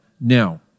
Now